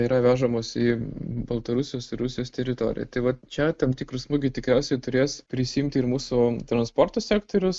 yra vežamos į baltarusijos ir rusijos teritoriją tai vat čia tam tikrą smūgį tikriausiai turės prisiimti ir mūsų transporto sektorius